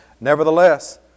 Nevertheless